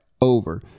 over